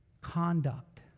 conduct